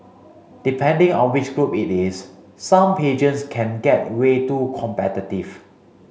depending on which group it is some pageants can get way too competitive